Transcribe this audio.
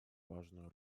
важную